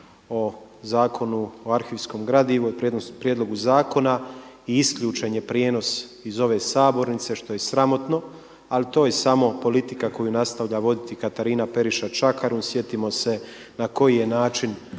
o Zakonu o arhivskom gradivu i prijedlogu zakona i isključen je prijenos iz ove sabornice što je i sramotno ali to je samo politika koju nastavlja voditi Katarina Periša Čakarun, sjetimo se na koji je način